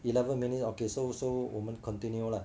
eleven minutes okay so so 我们 continue lah